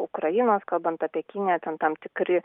ukrainos kalbant apie kiniją ten tam tikri